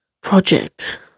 project